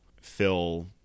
Phil